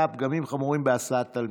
גם העמקת המחזור בפח הכתום,